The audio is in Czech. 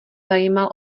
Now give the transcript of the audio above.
zajímal